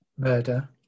Murder